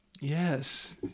Yes